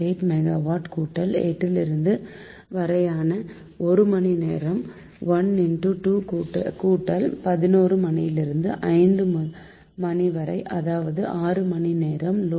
8 megawatt கூட்டல் 8 லிருந்து 9 வரையான 1 மணி நேரம் 1 2 கூட்டல் 11 மணியிலிருந்து 5 மணி வரை அதாவது 6 மணி நேரம் லோடு 0